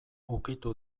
ukitu